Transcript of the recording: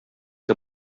que